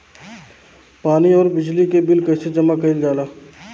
पानी और बिजली के बिल कइसे जमा कइल जाला?